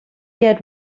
get